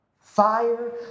fire